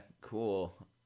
cool